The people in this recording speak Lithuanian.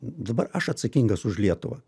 dabar aš atsakingas už lietuvą